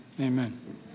amen